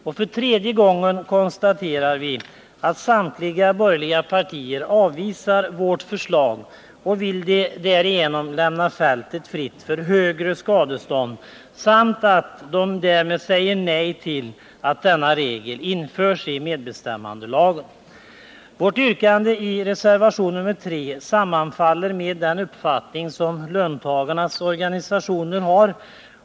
Och för tredje gången konstaterar vi att samtliga borgerliga partier avvisar vårt förslag och därigenom vill lämna fältet fritt för högre skadestånd samt att de därmed säger nej till att denna regel införs i medbestämmandelagen. Vårt yrkande i reservation nr 3 sammanfaller med den uppfattning som löntagarnas organisationer har.